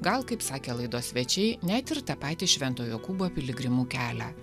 gal kaip sakė laidos svečiai net ir tą patį švento jokūbo piligrimų kelią